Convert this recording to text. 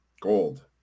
gold